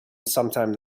sometime